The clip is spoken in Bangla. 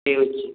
পেরচ্ছি